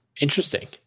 Interesting